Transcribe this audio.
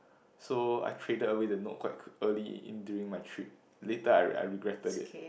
so I created a way to note quite early in during my trip later I I regretted it